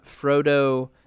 Frodo